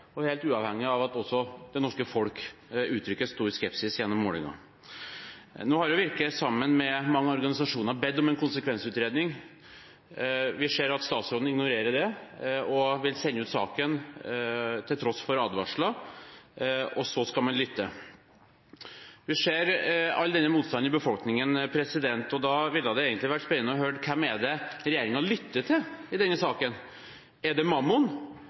og helt uavhengig av at også det norske folk uttrykker stor skepsis gjennom målinger. Nå har Virke sammen med mange organisasjoner bedt om en konsekvensutredning. Vi ser at statsråden ignorerer det, og vil sende ut saken til tross for advarsler – og så skal man lytte. Vi ser all denne motstanden i befolkningen, og da ville det egentlig vært spennende å høre: Hvem er det regjeringen lytter til i denne saken? Er det mammon?